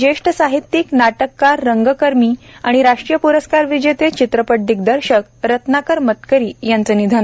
ज्येष्ठ साहित्यिक नाटककार रंगकर्मी आणि राष्ट्रीय प्रस्कार विजेते चित्रपट दिग्दर्शक रत्नाकर मतकरी यांचं निधन